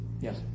Yes